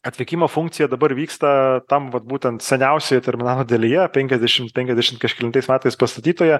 atvykimo funkcija dabar vyksta tam vat būtent seniausioje terminalo dalyje penkiasdešimt penkiasdešimt kažkelintais metais pastatytoje